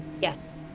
Yes